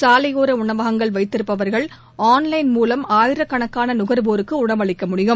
சாலையோர உணவகங்கள் வைத்திருப்பவர்கள் ஆன்லைன் மூலம் ஆயிரக்கணக்கான நுகர்வோருக்கு உணவளிக்க முடியும்